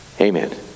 Amen